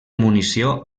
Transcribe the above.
munició